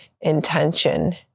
intention